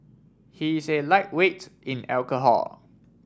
he is a lightweight in alcohol